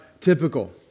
typical